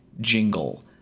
jingle